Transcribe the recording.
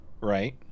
right